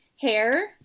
hair